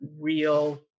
real